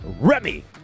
Remy